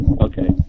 Okay